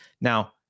Now